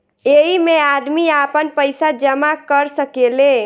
ऐइमे आदमी आपन पईसा जमा कर सकेले